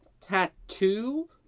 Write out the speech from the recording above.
tattoo